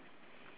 mm